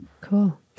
Cool